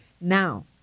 Now